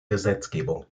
gesetzgebung